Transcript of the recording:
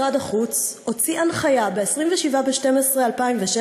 משרד החוץ הוציא הנחיה ב-27 בדצמבר 2016